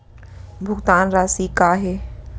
भुगतान राशि का हे?